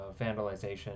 vandalization